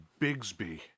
Bigsby